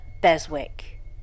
Beswick